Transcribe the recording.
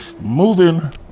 moving